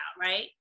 right